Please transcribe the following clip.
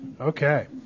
Okay